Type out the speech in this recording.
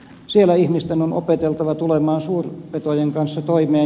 siellä ihmisten on opeteltava tulemaan suurpetojen kanssa toimeen